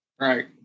Right